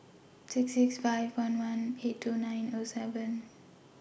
six six five one one eight two nine O seven